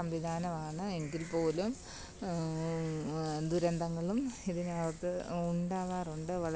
സംവിധാനമാണ് എങ്കിൽ പോലും ദുരന്തങ്ങളും ഇതിനകത്ത് ഉണ്ടാവാറുണ്ട് വളരെ